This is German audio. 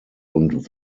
und